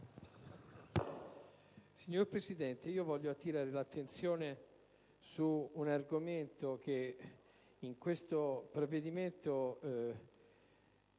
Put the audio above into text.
Signor Presidente, voglio attirare l'attenzione su un argomento che in questo provvedimento